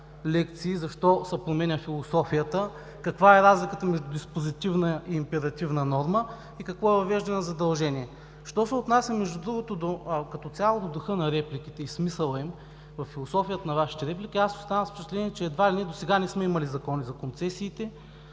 лекции защо се променя философията, каква е разликата между диспозитивна и императивна норма и какво е въвеждане на задължение. Що се отнася като цяло в духа на репликите и смисъла им, във философията на Вашите реплики аз оставам с впечатление, че едва ли не досега не сме имали закони за концесиите.